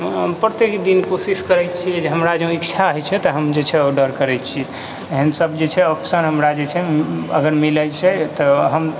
प्रत्येक दिन कोशिश करै छिए जे हमरा जँ इच्छा होइ छै तऽ हम जे छै ऑर्डर करै छियै एहन सब जे छै ऑप्शन हमरा जे छै अगर मिलै छै तऽ हम